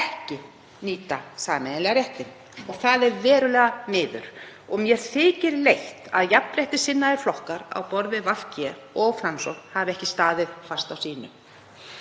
ekki nýta sameiginlega réttinn. Það er verulega miður og mér þykir leitt að jafnréttissinnaðir flokkar á borð við VG og Framsókn hafi ekki staðið fast á sínu.